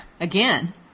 again